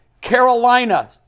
Carolina